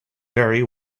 very